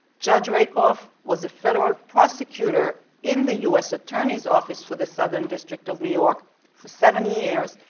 judge rakoff was a federal prosecutor in the us attorney's office for the southern district of new york for seven years,